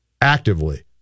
actively